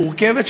מורכבת,